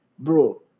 Bro